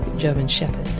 german shepherd.